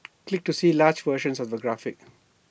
click to see larger version of the graphic